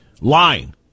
lying